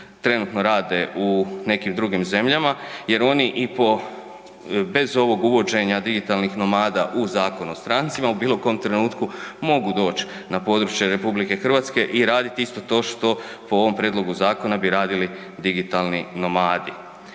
trenutno rade u nekim drugim zemljama jer oni i po, bez ovog uvođenja digitalnih nomada u Zakon o strancima u bilo kojem trenutku mogu doć na područje RH i radit isto to što po ovom prijedlogu zakona bi radili digitalni nomadi.